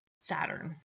Saturn